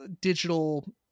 digital